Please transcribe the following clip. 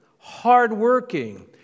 hard-working